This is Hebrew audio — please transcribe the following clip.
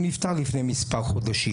הוא נפטר לפני כמה חודשים.